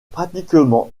pratiquement